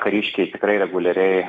kariškiai tikrai reguliariai